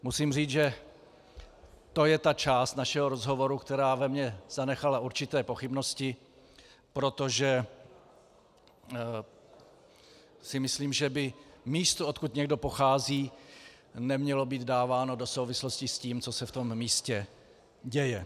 Musím říct, že to je ta část našeho rozhovoru, která ve mně zanechala určité pochybnosti, protože si myslím, že by místo, odkud někdo pochází, nemělo být dáváno do souvislosti s tím, co se v tom místě děje.